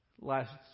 last